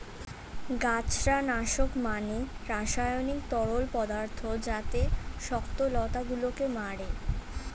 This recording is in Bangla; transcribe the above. গাছড়া নাশক মানে রাসায়নিক তরল পদার্থ যাতে শক্ত লতা গুলোকে মারে